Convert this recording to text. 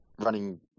running